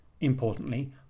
importantly